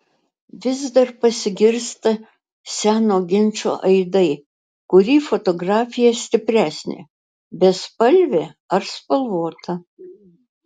vis dar pasigirsta seno ginčo aidai kuri fotografija stipresnė bespalvė ar spalvota